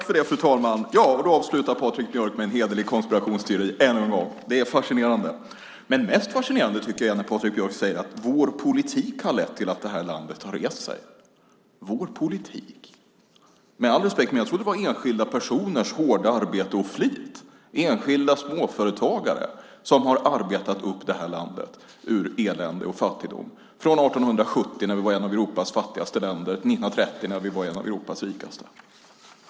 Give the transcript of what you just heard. Fru talman! Patrik Björck avslutar med ännu en hederlig konspirationsteori. Det är fascinerande. Mest fascinerande är det dock när Patrik Björck säger: Vår politik har lett till att landet har rest sig. Med all respekt, jag trodde att det var enskilda personers och småföretagares hårda arbete och flit som arbetade upp landet ur elände och fattigdom - från 1870 när vi var ett av Europas fattigaste länder till 1930 när vi var ett av Europas rikaste.